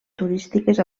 turístiques